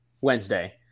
Wednesday